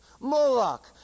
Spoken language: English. Moloch